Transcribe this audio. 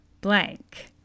blank